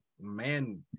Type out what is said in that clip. Man